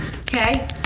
Okay